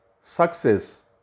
success